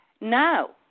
No